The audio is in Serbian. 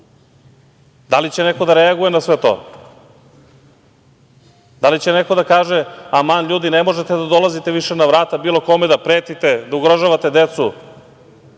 li će neko da reaguje na sve to? Da li će neko da kaže, aman ljudi, ne možete da dolazite više na vrata bilo kome, da pretite, da ugrožavate decu?